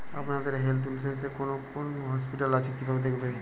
আপনাদের health insurance এ কোন কোন হসপিটাল আছে কিভাবে দেখবো?